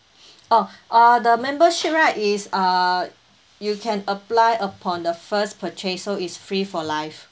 oh err the membership right is err you can apply upon the first purchase so it's free for life